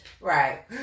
Right